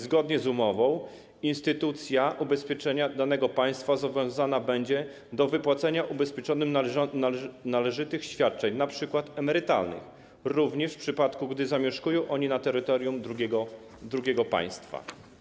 Zgodnie z umową instytucja ubezpieczenia danego państwa będzie zobowiązana do wypłacenia ubezpieczonym należytych świadczeń, np. emerytalnych, również w przypadku, gdy zamieszkują oni na terytorium drugiego państwa.